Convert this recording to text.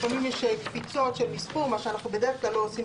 לפעמים יש קפיצות של מספור, מה